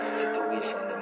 situation